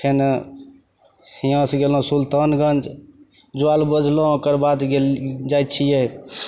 फेर हिआँसे गेलहुँ सुल्तानगञ्ज जल बोझलहुँ ओकर बाद गेल जाइ छिए